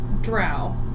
drow